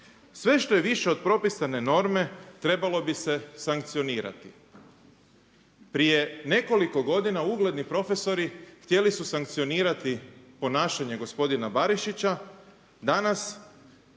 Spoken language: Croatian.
Sve što je više od propisane norme trebalo bi se sankcionirati.“ Prije nekoliko godina ugledni profesori htjeli su sankcionirati ponašanje gospodina Barišića, danas